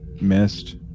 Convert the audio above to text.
missed